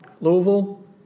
louisville